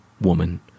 woman